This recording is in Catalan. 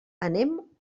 anem